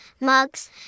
mugs